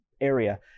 area